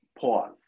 pause